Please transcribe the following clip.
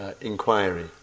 inquiry